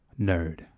nerd